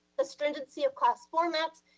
the stringency of class formats,